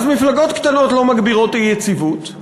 מפלגות קטנות לא מגבירות אי-יציבות,